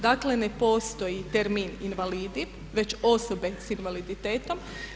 Dakle, ne postoji termin invalidi već osobe sa invaliditetom.